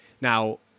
Now